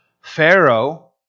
Pharaoh